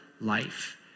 life